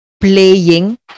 Playing